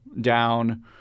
down